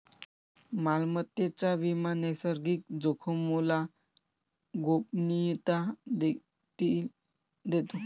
मालमत्तेचा विमा नैसर्गिक जोखामोला गोपनीयता देखील देतो